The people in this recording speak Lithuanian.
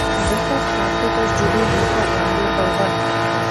visos paskaitos džiugui vyko anglų kalba